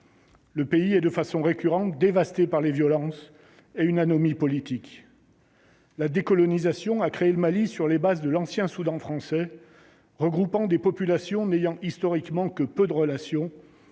Le pays et de façon récurrente, dévastée par les violences et une anomie politique. La décolonisation a créé le Mali sur les bases de l'ancien Soudan français regroupant des populations n'ayant historiquement que peu de relations